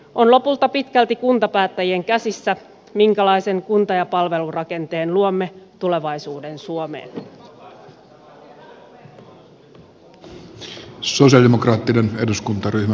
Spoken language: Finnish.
on lopulta pitkälti kuntapäättäjien käsissä minkälaisen kunta ja palvelurakenteen luomme tulevaisuuden suomeen